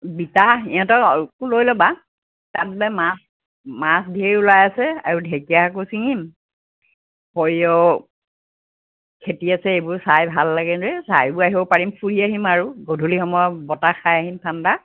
বিতা ইহঁতকো লৈ ল'বা তাত বোলে মাছ মাছ ঢেৰ ওলাই আছে আৰু ঢেঁকীয়া আগো ছিঙিম সৰিয়ঁহ খেতি আছে এইবোৰ চাই ভাল লাগে যে চাইও আহিম ফুৰিও আহিম আৰু গধূলি সময়ত বতাহ খাই আহিম ঠাণ্ডা